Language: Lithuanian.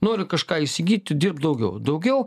nori kažką įsigyt tu dirbk daugiau